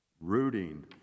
rooting